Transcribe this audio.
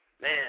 man